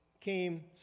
came